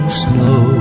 snow